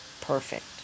perfect